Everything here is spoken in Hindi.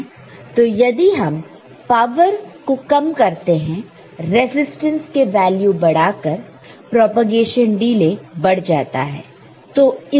तो यदि हम पावर को कम करते हैं रेसिस्टेंटस के वैल्यू बढ़ाकर प्रोपेगेशन डिले बढ़ जाता है